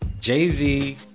Jay-Z